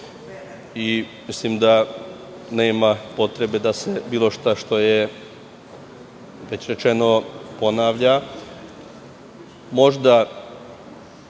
i mislim da nema potrebe da se bilo šta što je već rečeno ponavlja. Možda